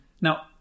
Now